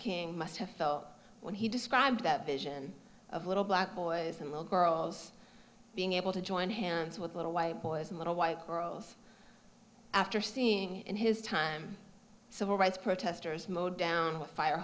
king must have felt when he described that vision of little black boys and little girls being able to join hands with little white boys and little white girls after seeing in his time civil rights protesters mowed down with fire